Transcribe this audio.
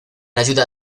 ayuda